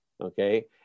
okay